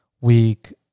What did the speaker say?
week